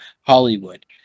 hollywood